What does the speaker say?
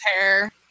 hair